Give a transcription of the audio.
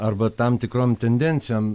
arba tam tikrom tendencijom